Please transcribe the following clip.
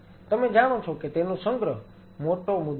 તમે જાણો છો કે તેનો સંગ્રહ મોટો મુદ્દો હશે